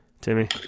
Timmy